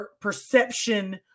perception